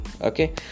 Okay